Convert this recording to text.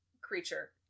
creature